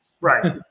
Right